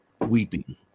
weeping